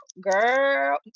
girl